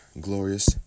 glorious